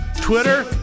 Twitter